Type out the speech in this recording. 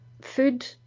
food